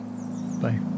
Bye